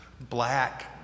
black